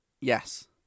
Yes